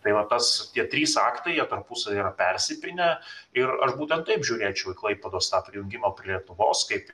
tai va tas tie trys aktai jie tarpusavyje yra persipynę ir aš būtent taip žiūrėčiau į klaipėdos prijungimo prie lietuvos kaip